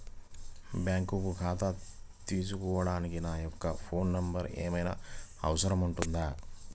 Bank ఖాతా తీసుకోవడానికి నా యొక్క ఫోన్ నెంబర్ ఏమైనా అవసరం అవుతుందా?